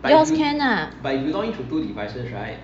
yours can ah